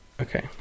okay